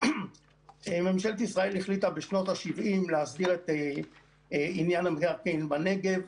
ממשלת ישראל החליטה בשנות ה-70' להסדיר את עניין המקרקעין בנגב.